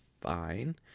fine